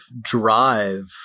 drive